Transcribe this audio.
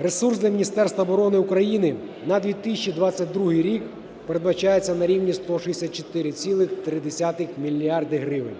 Ресурс для Міністерства оборони України на 2022 рік передбачається на рівні 164,3 мільярда гривень,